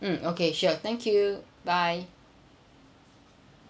mm okay sure thank you bye